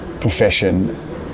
profession